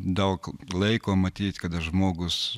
daug laiko matyt kada žmogus